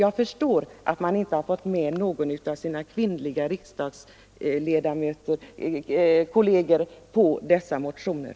Jag förstår att de inte har fått med någon av sina kvinnliga riksdagskolleger på dessa motioner.